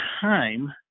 time